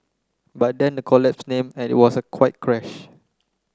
but then the collapse name and it was quite a crash